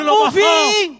moving